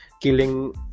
killing